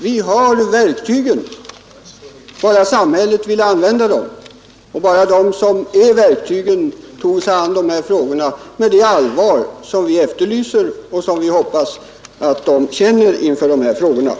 Vi har verktygen, bara samhället vill använda dem och bara de som är verktygen tar sig an dessa frågor med det allvar som vi efterlyser och som vi hoppas att de känner inför problemet.